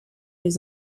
les